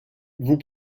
vous